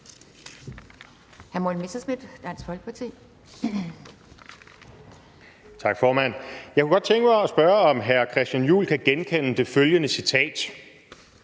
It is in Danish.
Jeg kunne godt tænke mig at spørge, om hr. Christian Juhl kan genkende følgende citat: